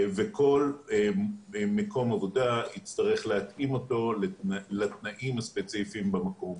וכל מקום עבודה יצטרך להתאים אותו לתנאים הספציפיים במקום.